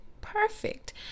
perfect